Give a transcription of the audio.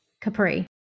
Capri